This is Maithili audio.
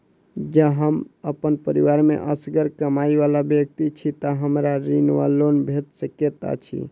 जँ हम अप्पन परिवार मे असगर कमाई वला व्यक्ति छी तऽ हमरा ऋण वा लोन भेट सकैत अछि?